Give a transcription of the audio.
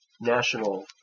national